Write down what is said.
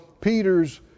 Peter's